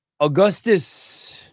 Augustus